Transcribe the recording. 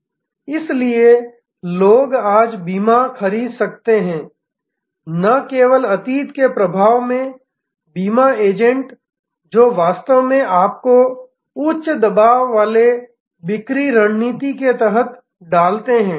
इसलिए लोग आज बीमा खरीद सकते हैं न कि अतीत के प्रभाव में बीमा एजेंट जो वास्तव में आपको उच्च दबाव वाले बिक्री रणनीति के तहत डालते हैं